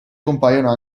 compaiono